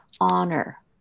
honor